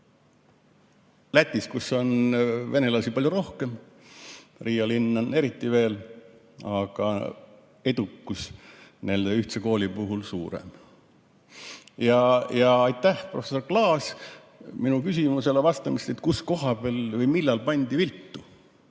Lätis, kus on venelasi palju rohkem, Riia linnas eriti veel, on edukus ühtse kooli puhul suurem. Aitäh, professor Klaas, minu küsimusele vastamast, et kus koha peal või millal pandi viltu.